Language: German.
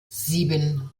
sieben